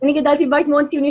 אני גדלתי בבית ציוני מאוד,